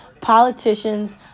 politicians